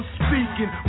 speaking